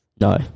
No